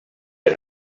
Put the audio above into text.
per